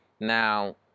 Now